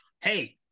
hey